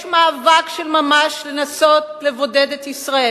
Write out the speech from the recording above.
יש מאבק של ממש לנסות לבודד את ישראל.